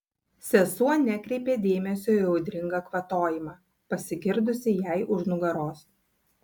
sesuo nekreipė dėmesio į audringą kvatojimą pasigirdusį jai už nugaros